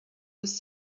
was